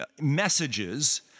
messages